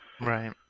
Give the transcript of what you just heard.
right